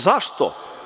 Zašto?